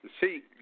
see